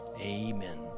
amen